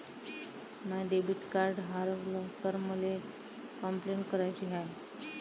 माय debit card हारवल तर मले कंपलेंट कराची हाय